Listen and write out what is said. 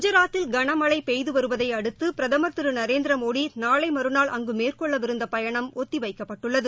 குஜராத்தில் களமழை பெய்துவருவதை அடுத்து பிரதமர் திரு நரேந்திர மோடி நாளை மறுநாள் அங்கு மேற்கொள்ளவிருந்த பயணம் ஒத்தி வைக்கப்பட்டுள்ளது